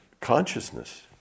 consciousness